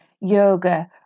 yoga